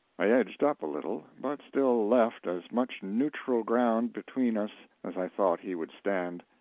i edged up a little, but still left as much neutral ground between us as i thought he would stand.